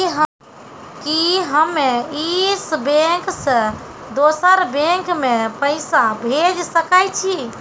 कि हम्मे इस बैंक सें दोसर बैंक मे पैसा भेज सकै छी?